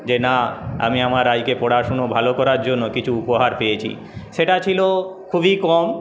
যে না আমি আমার আজকে পড়াশুনা ভালো করার জন্য কিছু উপহার পেয়েছি সেটা ছিলো খুবই কম